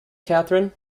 catherine